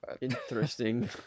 interesting